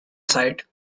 sight